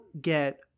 get